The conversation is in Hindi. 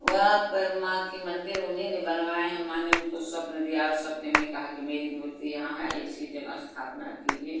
वहाँ पर माँ की मंदिर उन्हीं ने बनवाए हैं माँ ने उसको स्वप्न दिया और स्वप्न में कहा कि मेरी मूर्ति यहाँ है इसी जगह स्थापना कीजिए